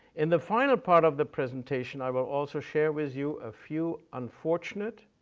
in the final part of the presentation, i will also share with you a few unfortunate,